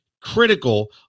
critical